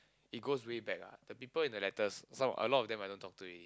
it goes way back ah the people in the letters some a lot of them I don't talk to already